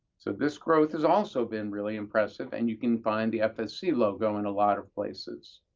so this growth has also been really impressive, and you can find the fsc logo in a lot of places.